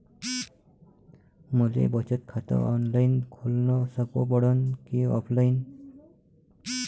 मले बचत खात ऑनलाईन खोलन सोपं पडन की ऑफलाईन?